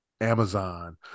Amazon